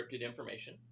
information